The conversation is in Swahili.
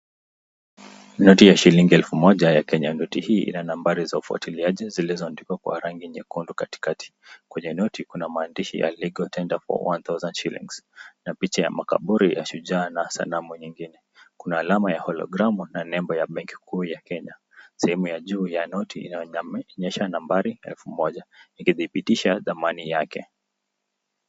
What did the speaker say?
Noti ya shilingi elfu moja ya Kenya. Noti hii ina nambari za ufuatiliaji zilizoandikwa kwa rangi nyekundu katikati. Kwenye noti kuna maandishi ya Legal tender for one thousand shillings na picha ya makaburi ya shujaa na sanamu nyingine. Kuna alama ya hologramu na nembo ya benki kuu ya Kenya. Sehemu ya juu ya noti inaonyesha nambari 1000 ikithibitisha dhamani yake.